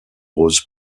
rose